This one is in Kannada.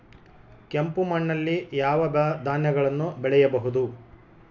ಕೆಂಪು ಮಣ್ಣಲ್ಲಿ ಯಾವ ಧಾನ್ಯಗಳನ್ನು ಬೆಳೆಯಬಹುದು?